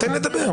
תן לדבר.